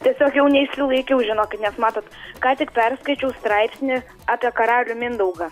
tiesiog jau neišsilaikiau žinokit nes matot ką tik perskaičiau straipsnį apie karalių mindaugą